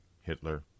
Hitler